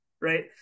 right